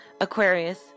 Aquarius